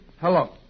hello